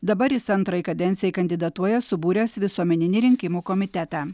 dabar jis antrai kadencijai kandidatuoja subūręs visuomeninį rinkimų komitetą